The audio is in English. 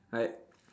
like